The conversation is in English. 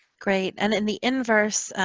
great. and in the inverse,